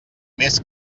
més